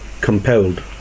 compelled